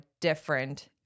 different